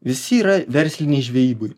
visi yra verslinei žvejybai